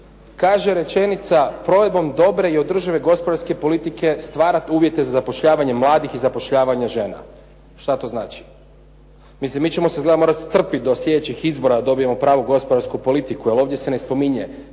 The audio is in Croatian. Kaže rečenica provedbom dobre i održive gospodarske politike stvarat uvjete za zapošljavanje mladih i zapošljavanje žena. Što to znači? Mislim, mi ćemo se izgleda morati strpiti do sljedećih izbora da dobijemo pravu gospodarsku politiku jer ovdje se ne spominje